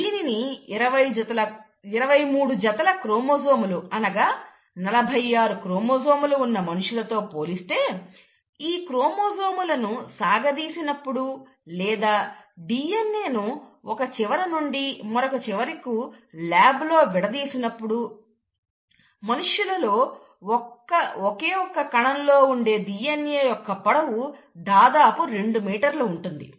దీనిని 23 జతల క్రోమోజోములు అనగా 46 క్రోమోజోములు ఉన్న మనుష్యులతో పోలిస్తే ఈ క్రోమోజోములను సాగదీసినప్పుడు లేదా DNAను ఒక చివర నుండి మరొక చివరకు ల్యాబ్ లో విడదీసినప్పుడు మనుష్యులలో ఒక ఒక్క కణం లో ఉండే DNA యొక్క పొడవు దాదాపుగా రెండు మీటర్లు ఉంటుంది